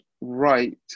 right